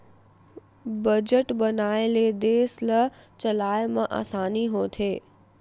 budget बनाए ले देस ल चलाए म असानी होथे